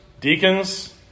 deacons